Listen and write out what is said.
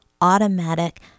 automatic